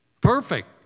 perfect